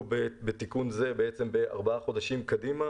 בתיקון זה בעצם בארבעה חודשים קדימה,